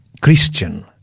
christian